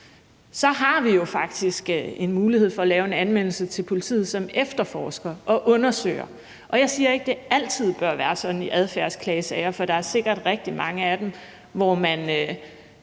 har vi jo faktisk en mulighed for at lave en anmeldelse til politiet, som efterforsker og undersøger. Jeg siger ikke, at det altid bør være sådan i adfærdsklagesager, for der er sikkert rigtig mange af dem, hvor man